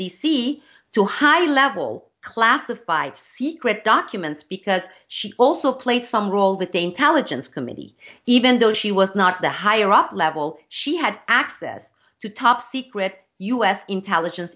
to high level classified secret documents because she also played some role with the intelligence committee even though she was not the higher up level she had access to top secret u s intelligence